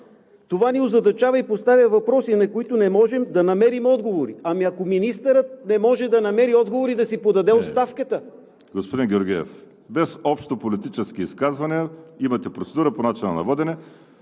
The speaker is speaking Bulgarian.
Това ни озадачава и поставя въпроси, на които не можем да намерим отговори.“ Ако министърът не може да намери отговори, да си подаде оставката. ПРЕДСЕДАТЕЛ ВАЛЕРИ СИМЕОНОВ: Господин Георгиев, без общополитически изказвания. Имате процедура по начина на водене.